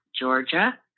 Georgia